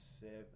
seven